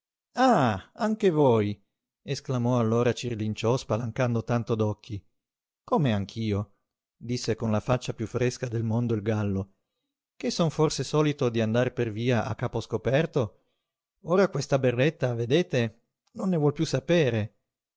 ah anche voi esclamò allora cirlinciò spalancando tanto d'occhi come anch'io disse con la faccia piú fresca del mondo il gallo che son forse solito di andare per via a capo scoperto ora questa berretta vedete non ne vuol piú sapere